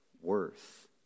worth